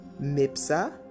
Mipsa